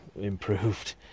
improved